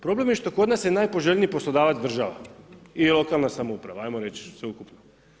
Problem je što kod nas je najpoželjniji poslodavac država i lokalna samouprava, ajmo reći sveukupno.